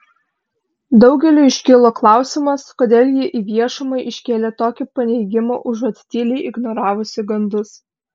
daugeliui iškilo klausimas kodėl ji į viešumą iškėlė tokį paneigimą užuot tyliai ignoravusi gandus